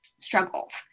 struggles